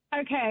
Okay